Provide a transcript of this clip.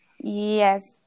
yes